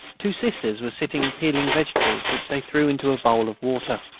two sisters were sitting peeling vegetables which they threw into a bowl of water.